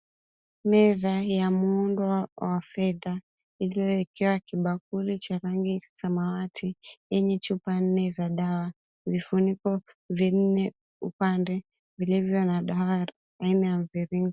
Meza ya muundo wa fedha iliyoekewa kibakuli cha rangi ya samawati yenye chupa nne za dawa, vifuniko vinne upande vilivyo na dawa aina ya mviringo.